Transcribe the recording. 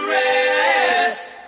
rest